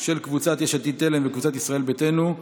של קבוצת יש עתיד-תל"ם וקבוצת ישראל ביתנו,